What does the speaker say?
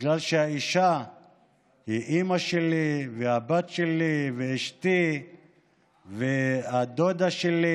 ובגלל שהאישה היא אימא שלי והבת שלי ואשתי והדודה שלי,